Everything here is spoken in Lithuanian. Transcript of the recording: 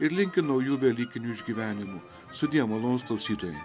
ir linki naujų velykinių išgyvenimų sudie malonūs klausytojai